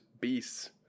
Beasts